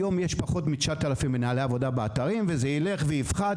היום יש פחות מ-9,000 מנהלי עבודה באתרים וזה ילך ויפחת